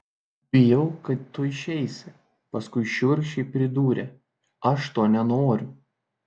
bijau kad tu išeisi paskui šiurkščiai pridūrė aš to nenoriu